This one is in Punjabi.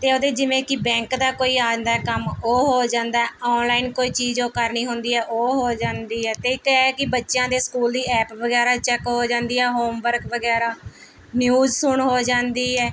ਅਤੇ ਉਹਦੇ ਜਿਵੇਂ ਕਿ ਬੈਂਕ ਦਾ ਕੋਈ ਆਉਂਦਾ ਕੰਮ ਉਹ ਹੋ ਜਾਂਦਾ ਔਨਲਾਈਨ ਕੋਈ ਚੀਜ਼ ਜੋ ਕਰਨੀ ਹੁੰਦੀ ਹੈ ਉਹ ਹੋ ਜਾਂਦੀ ਹੈ ਅਤੇ ਇੱਕ ਇਹ ਕਿ ਬੱਚਿਆਂ ਦੇ ਸਕੂਲ ਦੀ ਐਪ ਵਗੈਰਾ ਚੈੱਕ ਹੋ ਜਾਂਦੀ ਆ ਹੋਮਵਰਕ ਵਗੈਰਾ ਨਿਊਜ਼ ਸੁਣ ਹੋ ਜਾਂਦੀ ਹੈ